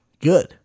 Good